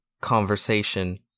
conversation